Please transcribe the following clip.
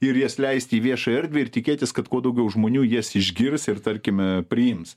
ir jas leisti į viešąją erdvę ir tikėtis kad kuo daugiau žmonių jas išgirs ir tarkime priims